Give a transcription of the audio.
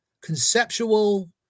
conceptual